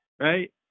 right